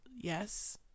yes